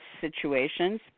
situations